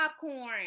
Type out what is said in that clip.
popcorn